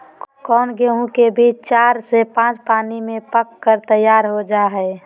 कौन गेंहू के बीज चार से पाँच पानी में पक कर तैयार हो जा हाय?